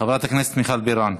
חברת הכנסת מיכל בירן,